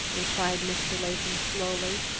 replied mr. latham slowly.